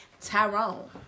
Tyrone